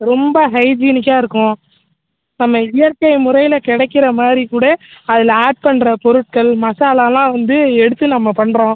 ரொம்ப ஹைஜீனிக்காக இருக்கும் நம்ம இயற்கை முறையில் கிடைக்கிற மாதிரிக் கூட அதில் ஆட் பண்ணுற பொருட்கள் மசாலால்லாம் வந்து எடுத்து நம்ம பண்ணுறோம்